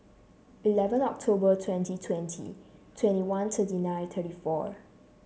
eleven October twenty twenty twenty one thirty nine thirty four